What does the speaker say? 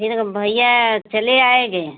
फिर भइया चले आएंगे